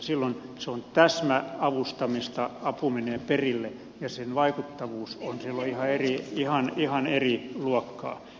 silloin se on täsmäavustamista apu menee perille ja sen vaikuttavuus on silloin ihan eri luokkaa